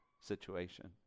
situation